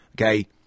okay